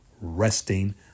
resting